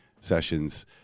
sessions